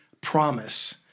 promise